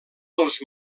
dels